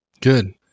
Good